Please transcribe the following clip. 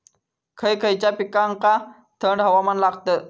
खय खयच्या पिकांका थंड हवामान लागतं?